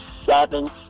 seven